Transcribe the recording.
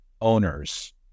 owners